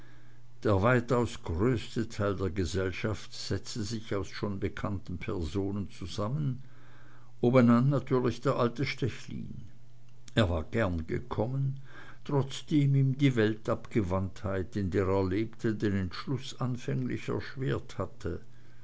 der weitaus größte teil der gesellschaft setzte sich aus uns schon bekannten personen zusammen obenan natürlich der alte stechlin er war gern gekommen trotzdem ihm die weltabgewandtheit in der er lebte den entschluß anfänglich erschwert hatte